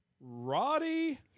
Roddy